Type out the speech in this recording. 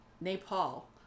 nepal